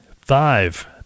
five